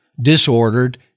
disordered